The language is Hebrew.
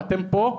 ואתם פה,